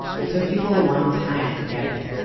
it took people a long time to get it.